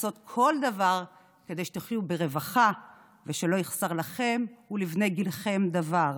לעשות כל דבר כדי שתחיו ברווחה ושלא יחסר לכם ולבני גילכם דבר.